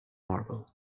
marble